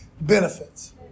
benefits